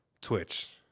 Twitch